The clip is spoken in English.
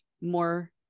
more